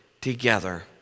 together